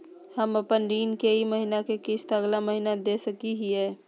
हम अपन ऋण के ई महीना के किस्त अगला महीना दे सकी हियई?